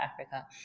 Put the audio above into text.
Africa